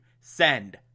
send